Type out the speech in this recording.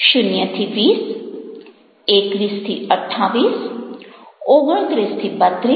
0 20 21 28 29 32 33 36